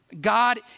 God